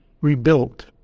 rebuilt